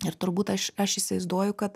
ir turbūt aš aš įsivaizduoju kad